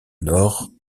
nord